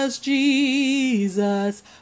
Jesus